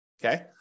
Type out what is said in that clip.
Okay